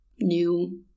new